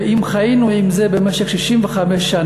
ואם חיינו עם זה במשך 65 שנה,